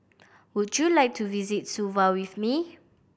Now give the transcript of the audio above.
would you like to visit Suva with me